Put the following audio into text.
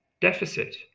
deficit